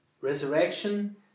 Resurrection